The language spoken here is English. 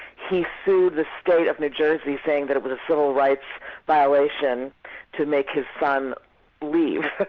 he sued the state of new jersey saying that it was a civil rights violation to make his son leave.